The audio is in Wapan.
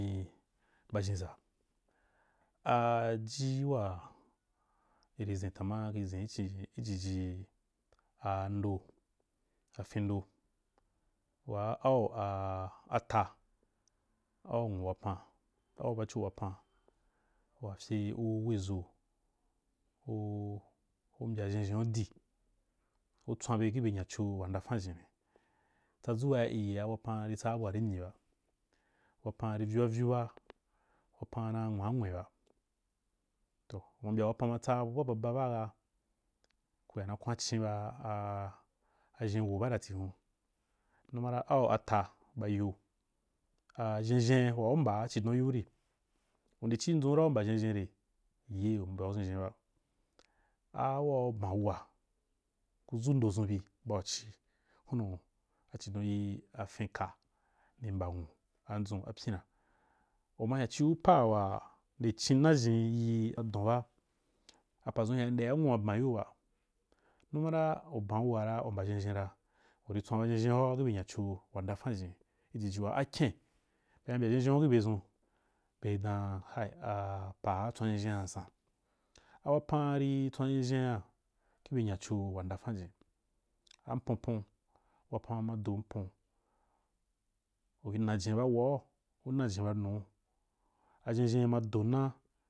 I ba ʒhenʒa aji waa iri ʒan tanma iri ʒen i jiji a ndo afīn ndo waa, au a ata, au nwu wapan, au baco wapan wa fye u we ʒo u, u mbya ʒhenʒhen’u di, u tswambe ki bye nyaco wa ndafan fin tsadʒu waa iyia wapan ri tsaa abu wa ri mye ba, wapan ri vyia vyuba, wapan na nwaanwe ba toh u ma mbya wapan na nwaa nwe ba toh u ma mbya wapan ma tsa abu ba baba baaga kuya na kwancin ba aʒhen wo badati hun numa ra au ata ba ayo aʒhenʒhen waa u mbaa cidon yiu rì u ndi ci dʒun u mba ʒhenʒhen re? Iye u mbau ʒhenʒhen ba a waa u ban uwa ku dʒu ndo dʒun bi ban cì a hunu afin ka nì mba nwu adʒun apyina, u ma hyan ciu pa waa nde cin nna jini yi adon ba apadʒun ri ndea nwu’a ban yiu ba numa ra uban uwa ra u mba zhenʒhon ra u ri tswon ʒhenʒhen’u kih bye nyaco wa ndafan jini i jiji waa akyen bema mbya zhenzheńu kih byedʒun beri dan kai apa waa kara tswan ʒhenʒhen̍a san a wapan ri tswan ʒhenʒhen̍a kih bye nyaco wa ndafan jini. Am ponpon wapan ma do apon u bi na jen ba uwa̍u nnajen da nnuu, a ʒhenʒheni ma do nah.